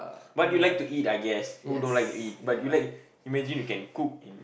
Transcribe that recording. but you like to eat I guess who don't like to eat but you like imagine you can cook and